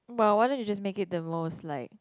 !wow! why don't you just make it the most like